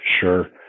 sure